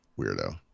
weirdo